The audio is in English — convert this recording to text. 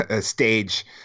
stage